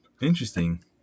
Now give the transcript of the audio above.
Interesting